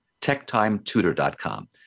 Techtimetutor.com